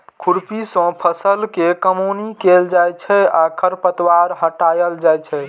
खुरपी सं फसल के कमौनी कैल जाइ छै आ खरपतवार हटाएल जाइ छै